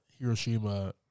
Hiroshima